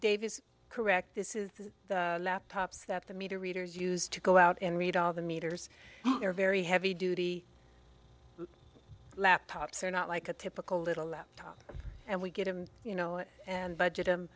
dave is correct this is the laptops that the meter readers use to go out and read all the meters are very heavy duty laptops are not like a typical little and we get him you know and budget him